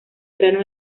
grano